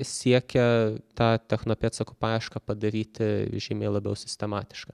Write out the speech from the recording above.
siekia tą techno pėdsakų paiešką padaryti žymiai labiau sistematiška